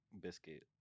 biscuit